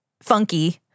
funky –